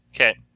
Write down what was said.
Okay